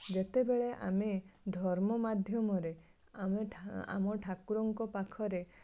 ଯେତେବେଳେ ଆମେ ଧର୍ମ ମାଧ୍ୟମରେ ଆମେ ଆମ ଠାକୁରଙ୍କ ପାଖରେ